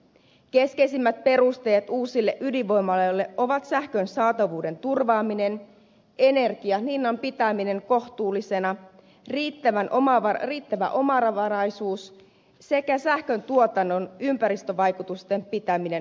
keskeisimmät perusteet uusille ydinvoimaloille ovat sähkön saatavuuden turvaaminen energian hinnan pitäminen kohtuullisena riittävä omavaraisuus sekä sähköntuotannon ympäristövaikutusten pitäminen hyväksyttävänä